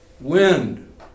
wind